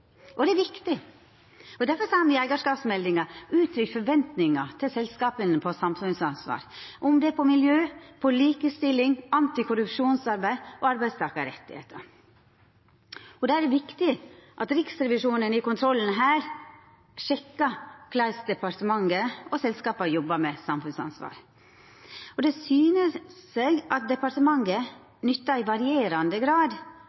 og det er viktig. Difor har me i eigarskapsmeldinga uttrykt forventningar til selskapa når det gjeld samfunnsansvar – om det er miljø, likestilling, antikorrupsjonsarbeid eller arbeidstakarrettar. Då er det viktig at Riksrevisjonen her i kontrollen sjekkar korleis departementet og selskapa jobbar med samfunnsansvar. Det syner seg at departementet i varierande grad